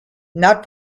not